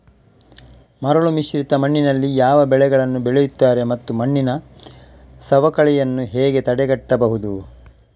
ಮರಳುಮಿಶ್ರಿತ ಮಣ್ಣಿನಲ್ಲಿ ಯಾವ ಬೆಳೆಗಳನ್ನು ಬೆಳೆಯುತ್ತಾರೆ ಮತ್ತು ಮಣ್ಣಿನ ಸವಕಳಿಯನ್ನು ಹೇಗೆ ತಡೆಗಟ್ಟಬಹುದು?